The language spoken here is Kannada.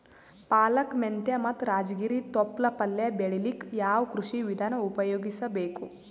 ಪಾಲಕ, ಮೆಂತ್ಯ ಮತ್ತ ರಾಜಗಿರಿ ತೊಪ್ಲ ಪಲ್ಯ ಬೆಳಿಲಿಕ ಯಾವ ಕೃಷಿ ವಿಧಾನ ಉಪಯೋಗಿಸಿ ಬೇಕು?